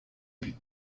but